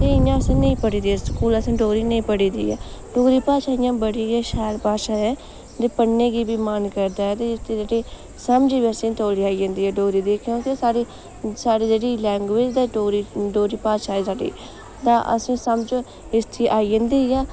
ते इ'यां असें नेईं पढ़ी दी ऐ स्कूल असैं डोगरी नेईं पढ़ी दी ऐ डोगरी भाशा इ'यां बड़ी गै शैल भाशा ऐ ते पढ़ने गी बी मन करदा ऐ ते इसदी जेह्ड़ी समझ बी असें तोली आई जंदी ऐ डोगरी दी क्योंके साढ़ी जेह्ड़ी लैंग्वेज ऐ डोगरी डोगरी भाशा ऐ साढ़ी तां असें समझ इसदी आई जंदी ऐ